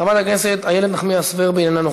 חבר הכנסת איתן ברושי,